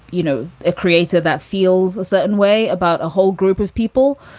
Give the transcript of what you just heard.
you know, a creator that feels a certain way about a whole group of people.